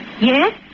Yes